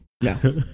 No